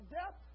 death